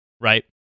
right